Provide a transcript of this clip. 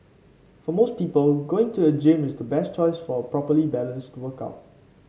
for most people going to a gym is the best choice for a properly balanced workout